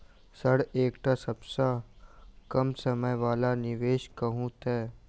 Sir एकटा सबसँ कम समय वला निवेश कहु तऽ?